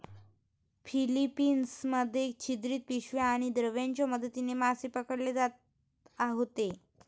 Philippines मध्ये छिद्रित पिशव्या आणि दिव्यांच्या मदतीने मासे पकडले जात होते